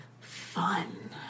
Fun